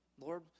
Lord